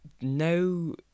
no